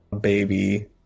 baby